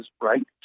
right